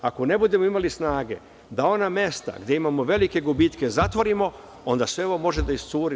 Ako ne budemo imali snage da ona mesta gde imamo velike gubitke zatvorimo, onda sve ovo može da iscuri.